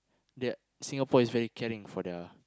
that Singapore is very caring for their